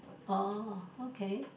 oh okay